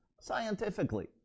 scientifically